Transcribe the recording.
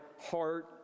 heart